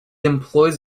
employs